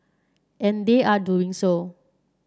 and they are doing so